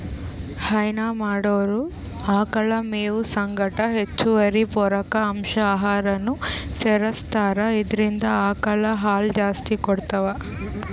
ಹೈನಾ ಮಾಡೊರ್ ಆಕಳ್ ಮೇವ್ ಸಂಗಟ್ ಹೆಚ್ಚುವರಿ ಪೂರಕ ಅಂಶ್ ಆಹಾರನೂ ಸೆರಸ್ತಾರ್ ಇದ್ರಿಂದ್ ಆಕಳ್ ಹಾಲ್ ಜಾಸ್ತಿ ಕೊಡ್ತಾವ್